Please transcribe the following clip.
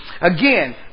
Again